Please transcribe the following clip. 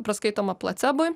priskaitoma placebui